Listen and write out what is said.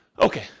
Okay